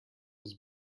was